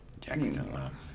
Jackson